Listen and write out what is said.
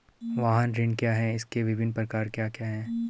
वाहन ऋण क्या है इसके विभिन्न प्रकार क्या क्या हैं?